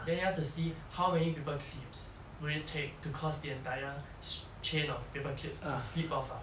then just to see how many paper clips will it take to cause the entire chain of paper clips to slip off ah